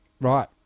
Right